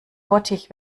bottich